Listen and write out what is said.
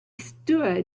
stood